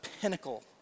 pinnacle